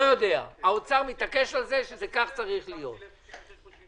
האוצר מתעקש על זה שזה צריך להיות כך.